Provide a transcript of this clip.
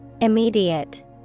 Immediate